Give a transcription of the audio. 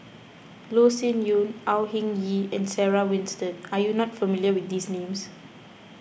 Loh Sin Yun Au Hing Yee and Sarah Winstedt are you not familiar with these names